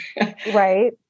Right